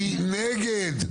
מי נגד?